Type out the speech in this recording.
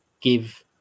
give